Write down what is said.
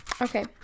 Okay